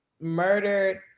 murdered